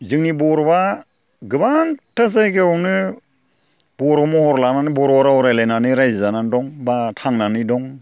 जोंनि बर'आ गोबां जायगायावनो बर' महर लानानै बर' रायज्लायनानै रायजो जानानै दं एबा थांनानै दं